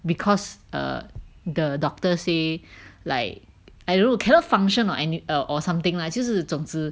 because err the doctor say like I don't know cannot function or any err or something lah 就是总之